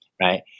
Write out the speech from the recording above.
right